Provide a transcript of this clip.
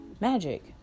Magic